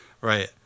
Right